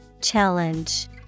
Challenge